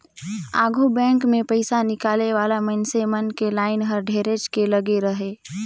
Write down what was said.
आघु बेंक मे पइसा निकाले वाला मइनसे मन के लाइन हर ढेरेच के लगे रहें